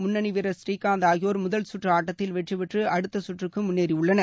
முன்னணி வீரர் ஸ்ரீகாந்த் ஆகியோர் முதல்கற்று ஆட்டத்தில் வெற்றிபெற்று அடுத்த சுற்றுக்கு முன்னேறியுள்ளன்